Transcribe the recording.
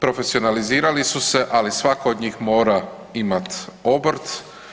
Profesionalizirali su se, ali svako od njih mora imati obrt.